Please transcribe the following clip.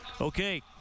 okay